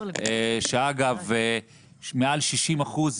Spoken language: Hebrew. שאגב מעל 60%,